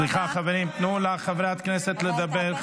סליחה, חברים, תנו לחברת הכנסת לדבר.